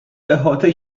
احاطه